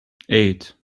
eight